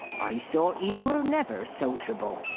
i thought you were never sociable,